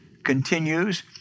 continues